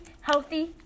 healthy